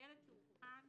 ילד שאובחן